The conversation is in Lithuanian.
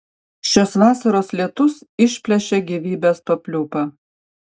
šios vasaros lietus išplėšė gyvybės papliūpą